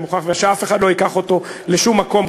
ושאף אחד לא ייקח אותו לשום מקום,